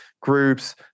groups